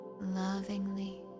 lovingly